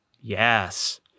Yes